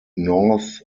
north